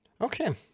Okay